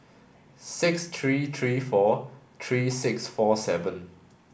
six three three four three six four seven